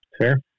Fair